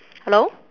hello